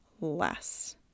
less